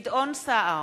מצביע גדעון סער,